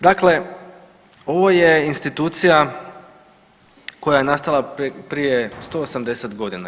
Dakle, ovo je institucija koja je nastala prije 180 godina.